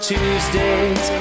Tuesdays